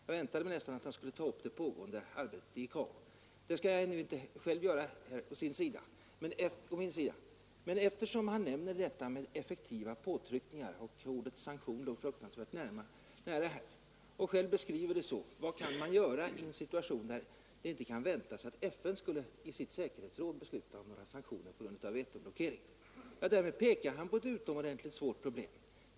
Jag väntade mig nästan att han skulle ta upp det pågå göra, men herr Ahlmark nämnde detta med effektiva påtryckningar ordet sanktion låg fruktansvärt nära — och beskrev det så: Vad kan man ende arbetet i ICAO. Det skall jag nu inte själv göra i en situation där det inte kan väntas att FN skulle i sitt säkerhetsråd besluta om några sanktioner på grund av vetoblockering? Därmed pekar han på ett utomordentligt svårt problem.